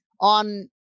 on